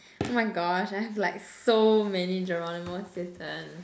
oh my gosh I have like so many Geronimo-Stilton